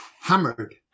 hammered